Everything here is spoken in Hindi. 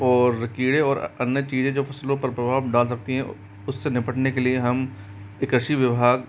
और कीड़े और अन्य चीज़ें जो फ़सलों पर प्रभाव डाल सकती है उस से निपटने के लिए हम एक कृषि विभाग